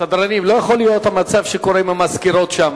סדרנים, לא יכול להיות מה שקורה עם המזכירות שם.